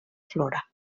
flora